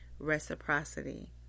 reciprocity